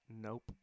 nope